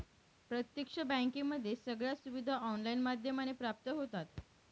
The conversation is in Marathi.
प्रत्यक्ष बँकेमध्ये सगळ्या सुविधा ऑनलाईन माध्यमाने प्राप्त होतात